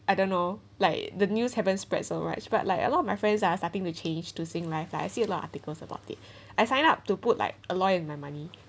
I don't know like the news happens or what but like a lot of my friends are starting to change to sun life like I've seen a lot of articles about it I sign up to put like a lot in my money